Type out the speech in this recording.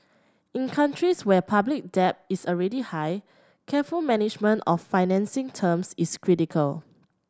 in countries where public debt is already high careful management of financing terms is critical